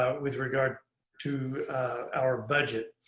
ah with regard to our budget.